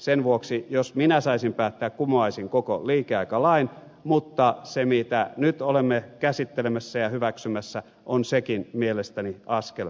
sen vuoksi jos minä saisin päättää kumoaisin koko liikeaikalain mutta se mitä nyt olemme käsittelemässä ja hyväksymässä on sekin mielestäni askel parempaan suuntaan